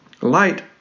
Light